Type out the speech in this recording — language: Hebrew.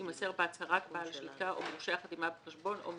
יימסר בהצהרת מורשה החתימה בחשבון של